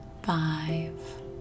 five